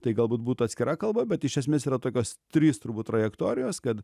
tai galbūt būtų atskira kalba bet iš esmės yra tokios trys turbūt trajektorijos kad